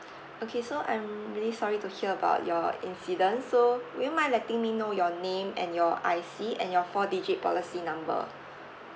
okay so I'm really sorry to hear about your incident so would you mind letting me know your name and your I_C and your four digit policy number